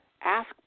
ask